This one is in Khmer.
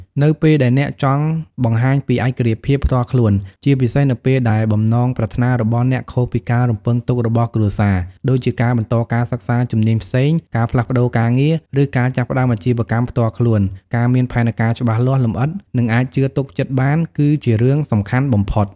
នៅពេលដែលអ្នកចង់បង្ហាញពីឯករាជ្យភាពផ្ទាល់ខ្លួន ជាពិសេសនៅពេលដែលបំណងប្រាថ្នារបស់អ្នកខុសពីការរំពឹងទុករបស់គ្រួសារ ដូចជាការបន្តការសិក្សាជំនាញផ្សេង ការផ្លាស់ប្ដូរការងារ ឬការចាប់ផ្ដើមអាជីវកម្មផ្ទាល់ខ្លួន ការមានផែនការច្បាស់លាស់ លម្អិត និងអាចជឿទុកចិត្តបាន គឺជារឿងសំខាន់បំផុត។